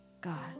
God